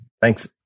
Thanks